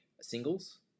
singles